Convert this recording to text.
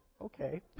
okay